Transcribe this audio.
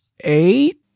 Eight